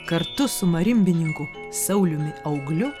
kartu su marimbininku sauliumi augliu